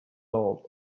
old